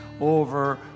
over